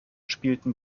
spielten